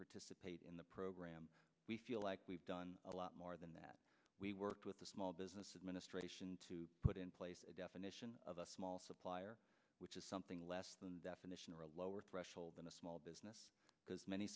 participate in the program we feel like we've done a lot more than that we worked with the small business administration to put in place a definition of a small supplier which is something less than definition or a lower threshold than a small business because many